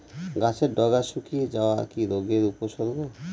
গাছের ডগা শুকিয়ে যাওয়া কি রোগের উপসর্গ?